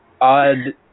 odd